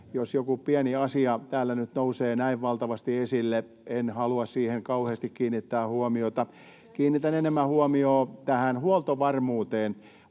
Jos joku pieni asia täällä nyt nousee näin valtavasti esille, en halua siihen kauheasti kiinnittää huomiota. Kiinnitän enemmän huomiota huoltovarmuuteen: